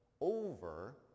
Over